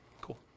Cool